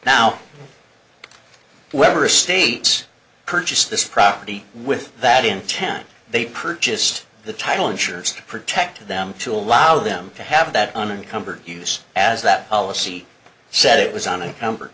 now weber states purchased this property with that intent they purchased the title insurance to protect them to allow them to have that on income for use as that policy said it was on a